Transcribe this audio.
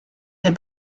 der